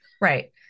Right